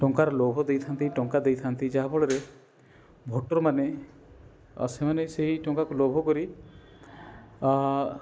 ଟଙ୍କାର ଲୋଭ ଦେଇଥାନ୍ତି ଟଙ୍କା ଦେଇଥାନ୍ତି ଯାହାଫଳରେ ଭୋଟର୍ ମାନେ ସେମାନେ ସେଇ ଟଙ୍କାକୁ ଲୋଭକରି